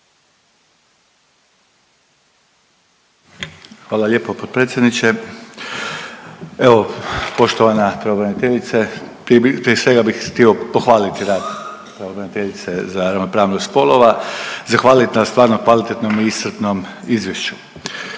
Hvala lijepo potpredsjedniče. Evo poštovana pravobraniteljice prije svega bih htio pohvaliti rad pravobraniteljice za ravnopravnost spolova, zahvalit na stvarno kvalitetnom i iscrpnom izvješću.